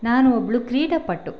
ನಾನು ಒಬ್ಬಳು ಕ್ರೀಡಾಪಟು